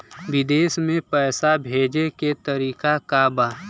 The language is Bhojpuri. विदेश में पैसा भेजे के तरीका का बा?